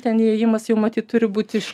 ten įėjimas jau matyt turi būti iš